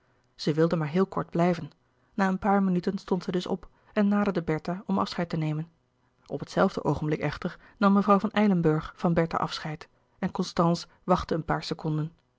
zij wilde maar heel kort blijven na een paar minuten stond zij dus op en naderde bertha om afscheid te nemen op het zelfde oogenblik echter nam mevrouw van eilenburgh van bertha afscheid en constance wachtte een paar seconden